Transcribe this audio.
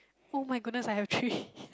[oh]-my-goodness I have three